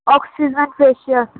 oxygen facial